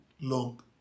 long